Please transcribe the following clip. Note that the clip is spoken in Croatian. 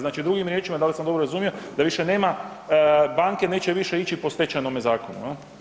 Znači drugim riječima, da li sam dobro razumio, da više nema banke neće više ići po Stečajnome zakonu, je li?